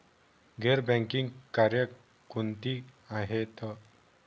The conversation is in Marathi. गैर बँकिंग कार्य कोणती आहेत?